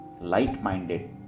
light-minded